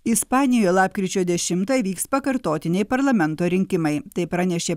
ispanijoje lapkričio dešimtą vyks pakartotiniai parlamento rinkimai tai pranešė